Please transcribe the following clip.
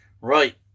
Right